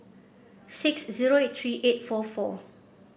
six zero eight three eight four four